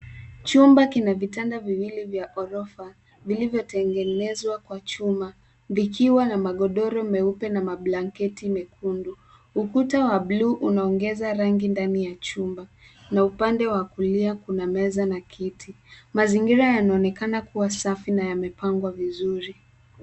Chumba kina vitanda viwili vya ghorofa vilivyotengenezwa kwa chuma vikiwa na magodoro meupe na mablanketi mekundu. Ukuta wa bluu unaongeza rangi ndani ya chuma na upande wa kulia kuna meza na kiti. Mazingira yanaonekana kuwa safi na yamepangwa vizuri.